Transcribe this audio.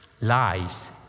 lies